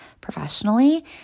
professionally